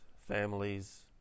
families